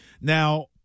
Now